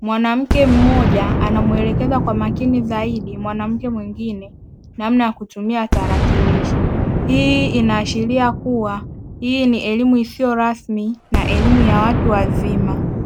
Mwanamke mmoja anamuelekeza kwa makini zaidi mwanamke mwingine namna ya kutumia tarakilishi. Hii inaashiria kuwa hii ni elimu isiyo rasmi na elimu ya watu wazima.